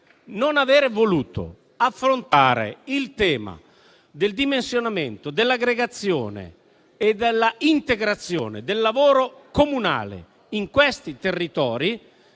non aver voluto affrontare il tema del dimensionamento, dell'aggregazione e della integrazione del lavoro comunale in quei territori